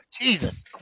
Jesus